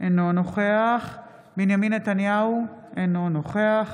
אינו נוכח בנימין נתניהו, אינו נוכח